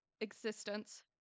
existence